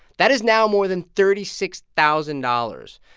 that is now more than thirty six thousand dollars.